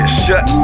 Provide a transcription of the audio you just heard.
shut